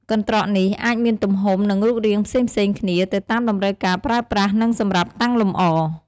កន្ត្រកនេះអាចមានទំហំ និងរូបរាងផ្សេងៗគ្នា ទៅតាមតម្រូវការប្រើប្រាស់ និងសម្រាប់តាំងលម្អ។